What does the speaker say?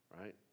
right